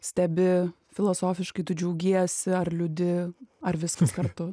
stebi filosofiškai tu džiaugiesi ar liūdi ar viskas kartu